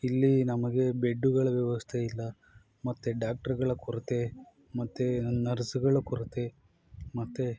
ಇಲ್ಲಿ ನಮಗೆ ಬೆಡ್ಡುಗಳ ವ್ಯವಸ್ಥೆ ಇಲ್ಲ ಮತ್ತು ಡಾಕ್ಟ್ರುಗಳ ಕೊರತೆ ಮತ್ತು ನರ್ಸ್ಗಳ ಕೊರತೆ ಮತ್ತು